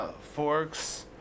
forks